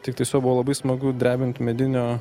tiktai savo labai smagu drebinti medinio